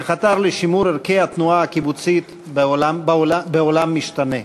שחתר לשימור ערכי התנועה הקיבוצית בעולם משתנה.